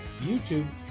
YouTube